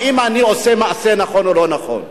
האם אני עושה מעשה נכון או לא נכון,